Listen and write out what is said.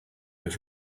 was